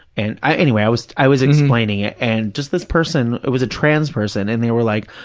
and i, anyway, i was i was explaining it, and just this person, it was a trans person and they were like,